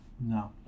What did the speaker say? No